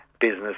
business